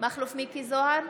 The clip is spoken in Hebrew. מכלוף מיקי זוהר,